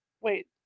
Wait